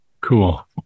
Cool